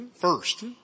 first